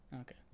Okay